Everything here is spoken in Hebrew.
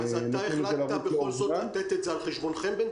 החלטת בכל זאת לתת את זה על חשבונכם?